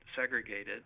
segregated